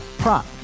prop